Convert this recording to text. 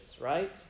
right